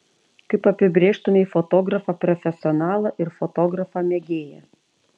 kaip apibrėžtumei fotografą profesionalą ir fotografą mėgėją